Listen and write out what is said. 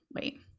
Wait